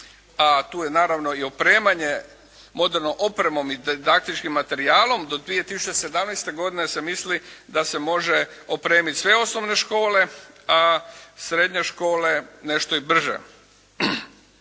a tu je naravno opremanje modernom opremom i didaktičkim materijalom do 2017. godine se misli da se može opremiti sve osnovne škole, a srednje škole nešto i brže.